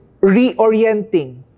reorienting